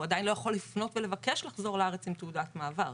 הוא עדיין לא יכול לפנות ולבקש לחזור לארץ עם תעודת מעבר.